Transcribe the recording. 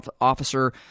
officer